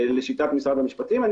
לשיטת משרד המשפטים,